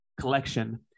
collection